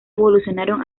evolucionaron